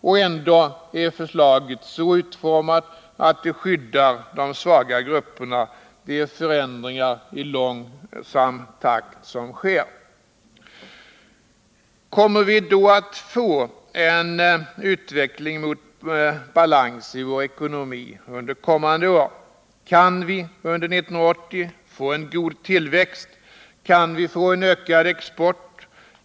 Och ändå är förslaget så utformat att det skyddar de svaga grupperna — det är förändringar i långsam takt som föreslås. Kommer vi att få en utveckling mot balans i vår ekonomi under kommande år? Kan vi under 1980 få en god tillväxt? Kan vi få en ökad export?